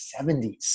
70s